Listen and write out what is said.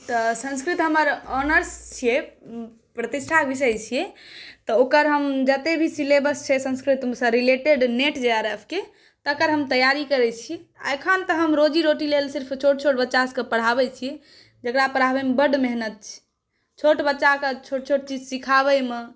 तऽ संस्कृत हमर ऑनर्स छिए प्रतिष्ठा विषय छिए तऽ ओकर हम जतेक भी सिलेबस छै संस्कृतसँ related NET J R F के तकर हम तैआरी करै छी आओर एखन तऽ हम रोजीरोटी लेल सिर्फ छोट छोट बच्चासबके पढ़ाबै छिए जकरा पढ़ाबैमे बड्ड मेहनति छै छोट बच्चाके छोट छोट चीज सिखाबैमे